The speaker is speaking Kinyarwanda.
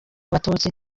abatutsi